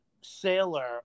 Sailor